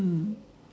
hmm